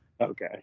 Okay